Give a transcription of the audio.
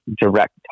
direct